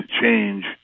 change